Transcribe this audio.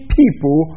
people